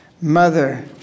Mother